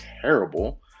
terrible